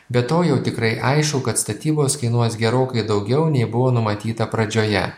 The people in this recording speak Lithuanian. be to jau tikrai aišku kad statybos kainuos gerokai daugiau nei buvo numatyta pradžioje